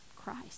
christ